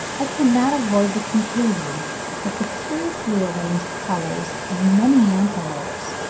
i cannot avoid the conclusion that the curiously-arranged colours of many antelopes,